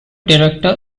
director